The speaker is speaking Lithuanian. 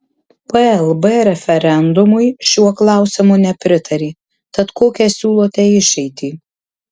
plb referendumui šiuo klausimu nepritarė tad kokią siūlote išeitį